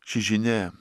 ši žinia